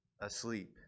asleep